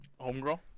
Homegirl